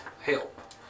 Help